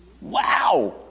Wow